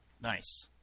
Nice